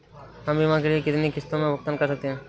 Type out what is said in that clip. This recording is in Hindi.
हम बीमा के लिए कितनी किश्तों में भुगतान कर सकते हैं?